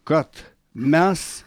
kad mes